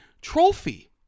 trophy